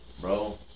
Bro